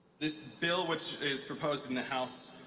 this bill which is proposed in the house,